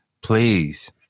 Please